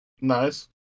Nice